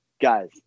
guys